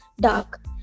dark